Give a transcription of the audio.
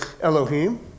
Elohim